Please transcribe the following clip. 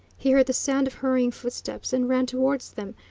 he heard the sound of hurrying footsteps and ran towards them,